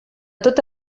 tot